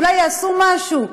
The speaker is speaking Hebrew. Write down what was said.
אולי יעשו משהו.